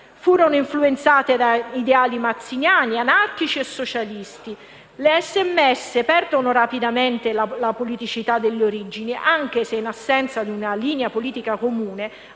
operaia. Influenzate da ideali mazziniani, anarchici e socialisti, le SMS perdono rapidamente la apoliticità delle origini, anche se, in assenza di una linea politica comune,